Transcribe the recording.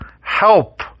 help